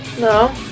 No